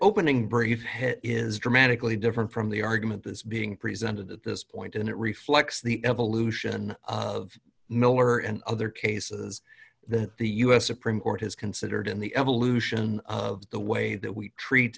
opening brief hit is dramatically different from the argument that's being presented at this point and it reflects the evolution of miller and other cases that the u s supreme court has considered in the evolution of the way that we treat